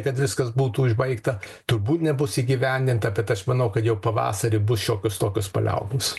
kad viskas būtų užbaigta turbūt nebus įgyvendinta bet aš manau kad jau pavasarį bus šiokios tokios paliaubos